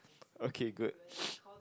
okay good